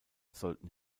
sollten